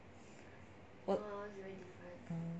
oh